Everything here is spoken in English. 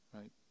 right